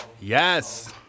yes